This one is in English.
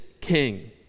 king